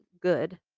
good